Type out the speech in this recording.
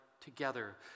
together